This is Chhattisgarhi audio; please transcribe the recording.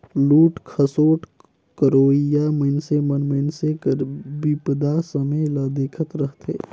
लूट खसोट करोइया मइनसे मन मइनसे कर बिपदा समें ल देखत रहथें